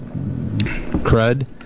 crud